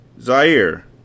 Zaire